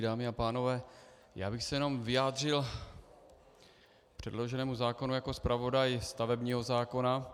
Dámy a pánové, já bych se vyjádřil k předloženému zákonu jako zpravodaj stavebního zákona.